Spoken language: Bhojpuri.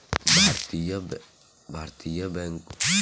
भारतीय बैंकों में सेंट्रल बैंक ऑफ इंडिया भी केन्द्रीकरण बैंक में आवेला